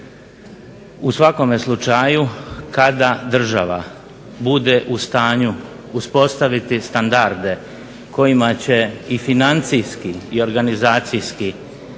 U svakome slučaju kada država bude u stanju uspostaviti standarde kojima će i financijski i organizacijski